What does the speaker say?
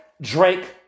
Drake